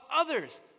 others